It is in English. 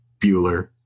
Bueller